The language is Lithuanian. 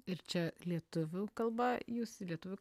ir čia lietuvių kalba jūs lietuvių